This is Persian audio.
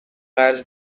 قرض